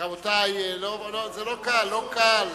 רבותי, זה לא קל, זה לא קל.